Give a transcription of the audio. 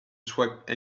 swipe